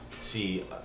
see